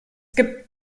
gibt